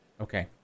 Okay